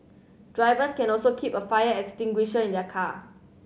drivers can also keep a fire extinguisher in their car